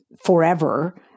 forever